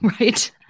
right